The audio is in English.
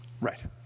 Right